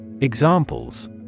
Examples